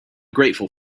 grateful